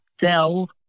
sell